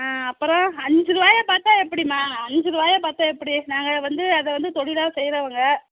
ஆ அப்புறம் அஞ்சு ருபாய பார்த்தா எப்படிம்மா அஞ்சு ருபாய பார்த்தா எப்படி நாங்கள் வந்து அதை வந்து தொழிலா செய்கிறவுங்க